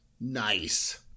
Nice